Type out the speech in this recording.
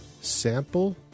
sample